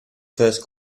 first